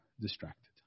distracted